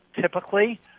typically